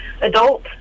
adult